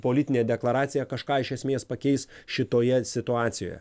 politinė deklaracija kažką iš esmės pakeis šitoje situacijoje